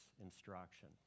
instruction